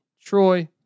Troy